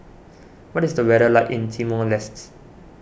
what is the weather like in Timor Lestes